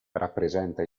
rappresenta